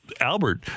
Albert